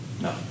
No